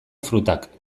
frutak